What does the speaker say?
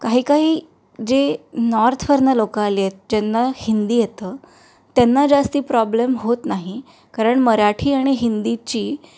काही काही जे नॉर्थवरनं लोकं आली आहेत ज्यांना हिंदी येतं त्यांना जास्ती प्रॉब्लेम होत नाही कारण मराठी आणि हिंदीची